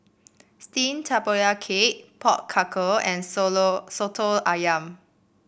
steamed Tapioca Cake Pork Knuckle and soto ayam